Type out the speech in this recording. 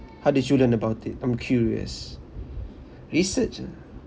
how did you learn about it I'm curious research ah